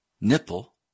nipple